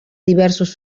diversos